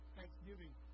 Thanksgiving